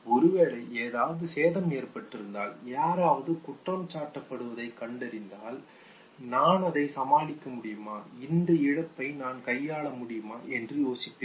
ஒருவேளை ஏதாவது சேதம் ஏற்பட்டிருந்தால் யாராவது குற்றம் சாட்டப்பட்டதாகக் கண்டறியப்பட்டால் "நான் அதைச் சமாளிக்க முடியுமா இந்த இழப்பை நான் கையாள முடியுமா" என்று யோசிப்பீர்கள்